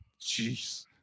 Jeez